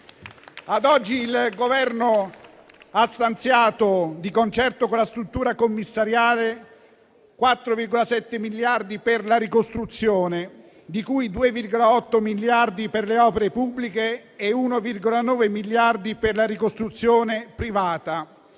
Ad oggi il Governo ha stanziato, di concerto con la struttura commissariale, 4,7 miliardi per la ricostruzione, di cui 2,8 miliardi per le opere pubbliche e 1,9 miliardi per la ricostruzione privata.